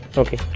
okay